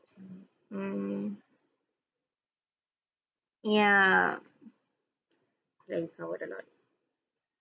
mm yeah like a lot